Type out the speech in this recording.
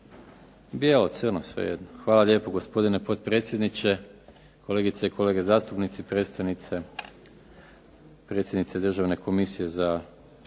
Bijelo, crno, svejedno. Hvala lijepo gospodine potpredsjedniče, kolegice i kolege zastupnici, predstojnice, predsjednice Državne komisije za